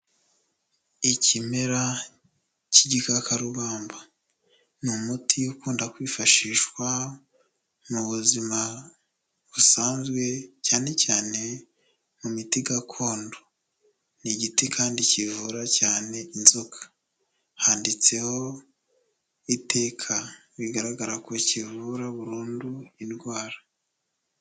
Ikimera cy'igikakarubamba, ni umuti ukunda kwifashishwa mu buzima busanzwe cyane cyane mu miti gakondo, ni igiti kandi kivura cyane inzoka, handitseho iteka bigaragara ko kivura burundu indwara.